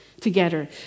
together